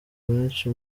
menshi